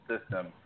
system